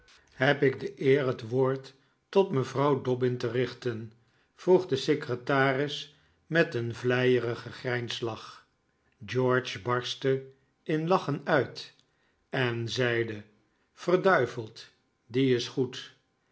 heb ik de eer het woord tot mevrouw dobbin te richten vroeg de secretaris met een vleierigen grijnslach george barstte in lachen uit en zeide verduiveld die is goed